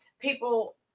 people